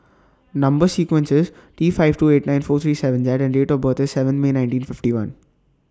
Number sequence IS T five two eight nine four three seven Z and Date of birth IS seven May nineteen fifty one